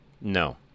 no